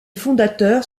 fondateurs